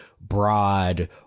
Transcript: broad